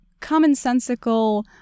commonsensical